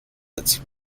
its